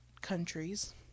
countries